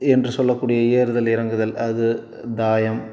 என்று சொல்லக்கூடிய ஏறுதல் இறங்குதல் அது தாயம்